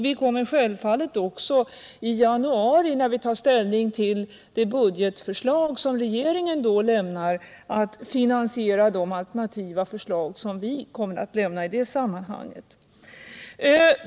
Vi kommer självfallet också i januari, när vi tar ställning till det budgetförslag som regeringen då lämnar, att redovisa finansieringen av det alternativa förslag som vi lämnar.